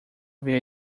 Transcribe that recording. ver